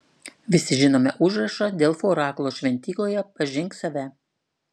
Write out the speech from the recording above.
visi žinome užrašą delfų orakulo šventykloje pažink save